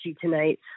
tonight